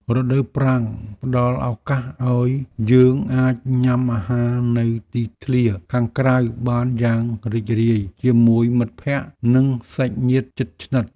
រដូវប្រាំងផ្តល់ឱកាសឱ្យយើងអាចញ៉ាំអាហារនៅទីធ្លាខាងក្រៅបានយ៉ាងរីករាយជាមួយមិត្តភក្តិ និងសាច់ញាតិជិតស្និទ្ធ។